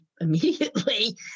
immediately